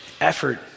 effort